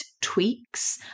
tweaks